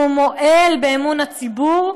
שהוא מועל באמון הציבור,